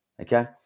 Okay